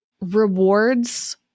rewards